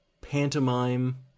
pantomime